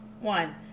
One